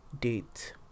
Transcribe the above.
date